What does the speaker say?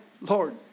Lord